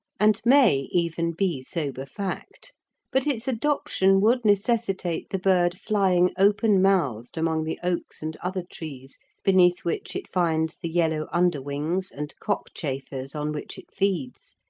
and may even be sober fact but its adoption would necessitate the bird flying open-mouthed among the oaks and other trees beneath which it finds the yellow underwings and cockchafers on which it feeds,